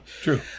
True